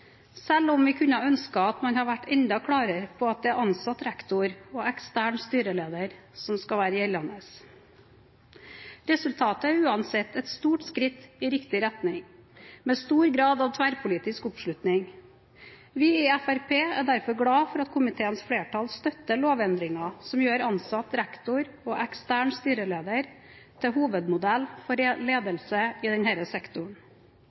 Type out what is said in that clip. selv om vi kunne ønske at man hadde være enda klarere på at det er ansatt rektor og ekstern styreleder som skal være gjeldende. Resultatet er uansett et stort skritt i riktig retning, med stor grad av tverrpolitisk oppslutning. Vi i Fremskrittspartiet er derfor glad for at komiteens flertall støtter lovendringen som gjør ansatt rektor og ekstern styreleder til hovedmodell for ledelse i denne sektoren.